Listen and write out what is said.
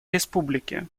республики